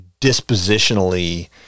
dispositionally